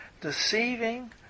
deceiving